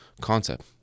concept